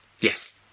Yes